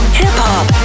hip-hop